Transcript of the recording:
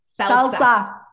salsa